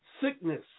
Sickness